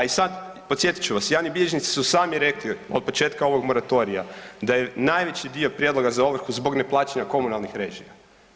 Podsjetit ću vas, javni bilježnicu su sami rekli od početka ovog moratorija da je najveći dio prijedloga za ovrhu zbog neplaćanja komunalnih režija.